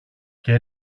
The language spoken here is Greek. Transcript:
και